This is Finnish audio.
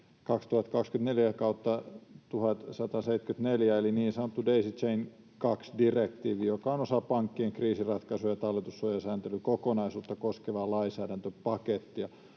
2024/1174 eli niin sanottu Daisy Chain 2 ‑direktiivi, joka on osa pankkien kriisinratkaisu- ja talletussuojasääntelykokonaisuutta koskevaa lainsäädäntöpakettia.